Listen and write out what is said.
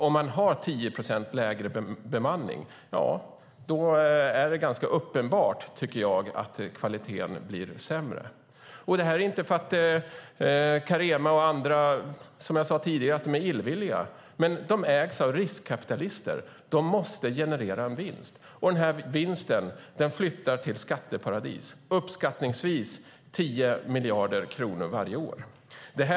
Om man har 10 procent lägre bemanning tycker jag att det är uppenbart att kvaliteten blir sämre. Det är inte för att Carema och andra är illvilliga utan för att de ägs av riskkapitalister. De måste generera vinst, och vinsten - uppskattningsvis 10 miljarder kronor varje år - flyttar till skatteparadis.